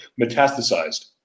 metastasized